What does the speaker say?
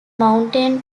mountain